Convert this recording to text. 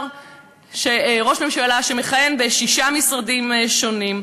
ראש ממשלה שמכהן בשישה משרדים שונים.